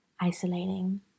isolating